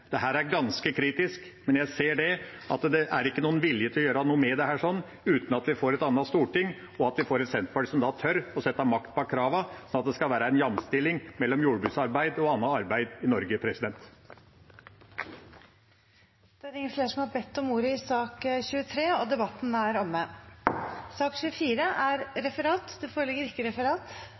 er ganske kritisk, men jeg ser at det ikke er noen vilje til å gjøre noe med dette, uten at vi får et annet storting, og at vi får et senterparti som tør å sette makt bak kravene, sånn at det blir en jamstilling mellom jordbruksarbeid og annet arbeid i Norge. Flere har ikke bedt om ordet til sak nr. 23. Det foreligger ikke noe referat. Dermed er